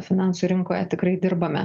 finansų rinkoje tikrai dirbame